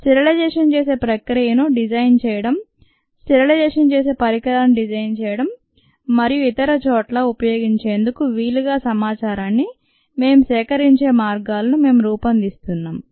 sterilisation చేసే ప్రక్రియను design చేయడం స్టెరిలైజేషన్ చేసే పరికరాన్ని డిజైన్ చేయడం మరియు ఇతర చోట్ల ఉపయోగించేందుకు వీలుగా సమాచారాన్ని మేం సేకరించే మార్గాలను మేం రూపొందిస్తున్నాం